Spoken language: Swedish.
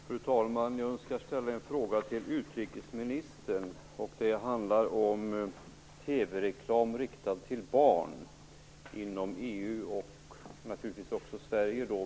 Fru talman! Jag önskar ställa en fråga till utrikesministern, och den handlar om TV-reklam riktad till barn inom EU och naturligtvis också Sverige.